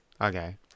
Okay